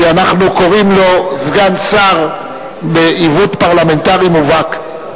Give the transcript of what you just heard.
שאנחנו קוראים לו "סגן שר" בעיוות פרלמנטרי מובהק.